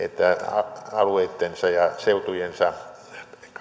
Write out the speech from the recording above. alueittensa ja seutujensa